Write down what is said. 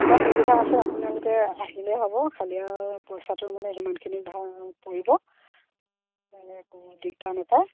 সব সুবিধা আছে আপোনালোকে আহিলেই হ'ব খালি আৰু পইচাটো মানে সিমানখিনি ভা পৰিব একো দিগদাৰ নাপায়